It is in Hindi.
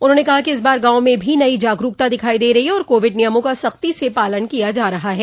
उन्होंने कहा कि इस बार गांवों में भी नई जागरूकता दिखाई दे रही है और कोविड नियमों का सख्ती से पालन किया जा रहा है